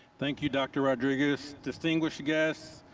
thank you, dr. rodriguez. distinguished guests,